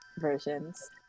versions